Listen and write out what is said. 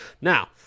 Now